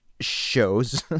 Shows